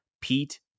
Pete